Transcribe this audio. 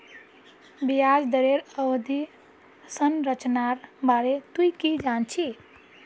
ब्याज दरेर अवधि संरचनार बारे तुइ की जान छि